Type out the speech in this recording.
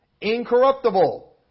incorruptible